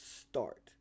start